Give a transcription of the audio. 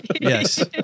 Yes